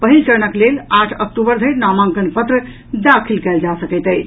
पहिल चरणक लेल आठ अक्टूबर धरि नामांकन पत्र दाखिल कयल जा सकैत अछि